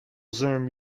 zoom